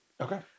Okay